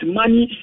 money